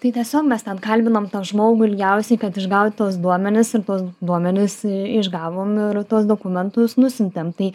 tai tiesiog mes ten kalbinom tą žmogų ilgiausiai kad išgaut tuos duomenis ir tuos duomenis išgavom ir tuos dokumentus nusiuntėm tai